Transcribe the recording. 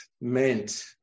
meant